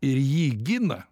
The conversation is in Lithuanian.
ir jį gina